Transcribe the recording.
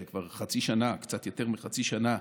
זה כבר קצת יותר מחצי שנה,